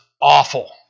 awful